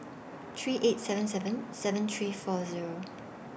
three eight seven seven seven three four Zero